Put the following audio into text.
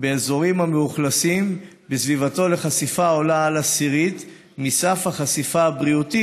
באזורים המאוכלסים בסביבתו חשיפה העולה על עשירית מסף החשיפה הבריאותי